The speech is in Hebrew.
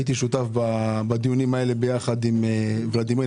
הייתי שותף בדיונים הללו ביחד עם ולדימיר.